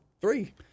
three